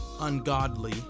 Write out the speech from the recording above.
ungodly